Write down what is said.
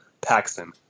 Paxton